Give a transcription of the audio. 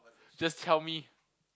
just tell me